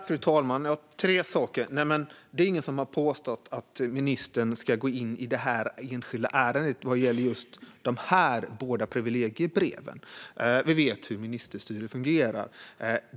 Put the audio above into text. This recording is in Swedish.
Fru talman! Jag vill ta upp tre saker. Det är ingen som har påstått att ministern ska gå in i det enskilda ärende som gäller just de här båda privilegiebreven. Vi vet hur ministerstyre fungerar.